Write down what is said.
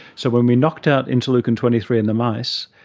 so when we knocked out interleukin twenty three in the mice,